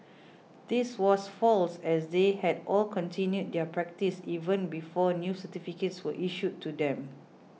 this was false as they had all continued their practice even before new certificates were issued to them